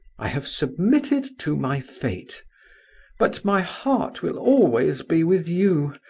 i have submitted to my fate but my heart will always be with you,